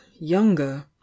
younger